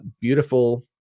Beautiful